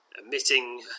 emitting